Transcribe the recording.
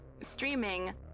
streaming